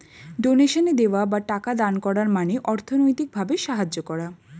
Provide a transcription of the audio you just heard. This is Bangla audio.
ডোনেশনে দেওয়া বা টাকা দান করার মানে অর্থনৈতিক ভাবে সাহায্য করা